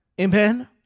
Amen